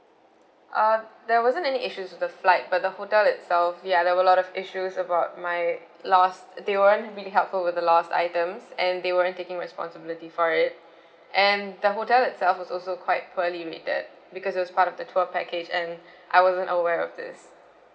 uh there wasn't any issues with the flight but the hotel itself ya there were a lot of issues about my lost they weren't really helpful with the lost items and they weren't taking responsibility for it and the hotel itself was also quite poorly rated because it was part of the tour package and I wasn't aware of this